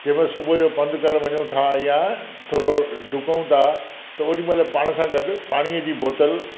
जंहिं महिल सुबुह जो पंधु करण वञूं था या थोरो डुकूं था त ओॾीमहिल पाण सां गॾु पाणीअ जी बोतल